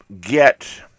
get